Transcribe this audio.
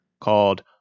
called